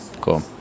Cool